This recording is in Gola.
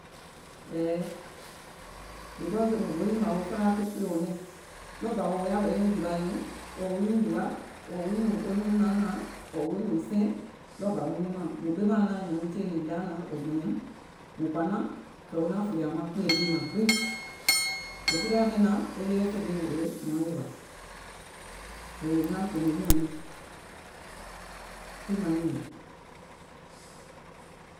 Ɛ̀ɛɛ̀, because sèèùm go nyìmȧŋ wo felaaà ke kpèèuŋ nɛɛ̀ŋ, ɗɔɔ bȧ wò yaȧ wɛ̀i wo nyuùŋ jìwȧ nyùùŋ, wo nyuùŋ wùa ɔ̀ɔ̀ wo nyuùŋ naanȧȧŋ, ɔ̀ɔ̀ wo nyùùŋ sɛɛ̀ŋ, mùŋ ɓemȧuŋ naȧŋ nyɛ̀nuuŋ tìyèe nìŋ jaȧ naȧŋ wò mɔ̀nɔ̀ùm, mùŋ kɔ̀ȧ naȧŋ, kɛ̀ wò naȧŋ fùlìȧ maŋ kpèè mɛɛ̀ŋ maŋ gbiŋ, wò fuliȧ mìŋ naȧŋ, ɗewe fè ɓɛìŋ wèè maaŋ yèwà kɛ̀ yèum naàŋ kùùnò mɔ̀ɔ̀nɛŋ, tiŋ maŋ nyìmè.